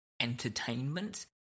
entertainment